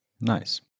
Nice